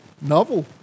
Novel